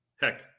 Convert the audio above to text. heck